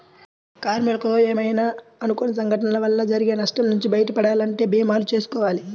కార్మికులకు ఏమైనా అనుకోని సంఘటనల వల్ల జరిగే నష్టం నుంచి బయటపడాలంటే భీమాలు చేసుకోవాలి